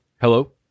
Hello